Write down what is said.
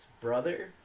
brother